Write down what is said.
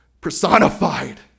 personified